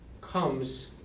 comes